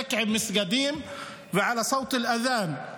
להתעסק עם מסגדים (אומר בערבית:),